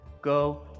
Go